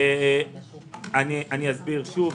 אסביר שוב.